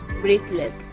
breathless